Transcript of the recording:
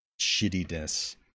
shittiness